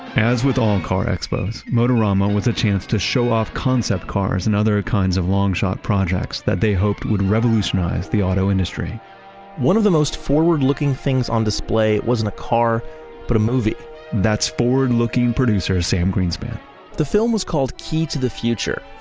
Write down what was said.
as with all car expos, motorama was a chance to show off concept cars and other kinds of long-shot projects that they hoped would revolutionize the auto industry one of the most forward-looking things on display wasn't a car but a movie that's forward-looking producer, sam greenspan the film was called key to the future.